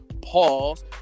Pause